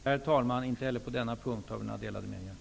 Herr talman! Inte heller på denna punkt har vi några delade meningar.